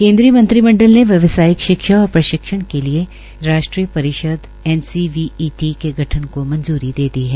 केन्द्रीय मंत्रिमंडल ने व्यावसायिक शिक्षा और प्रशिक्षण के लिए राष्ट्रीय परिषद एनसीवीईटी के गठन को मंज्री दे दी है